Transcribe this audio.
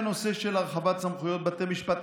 בנושא של הרחבת סמכויות בתי המשפט